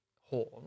horn